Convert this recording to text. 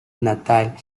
natal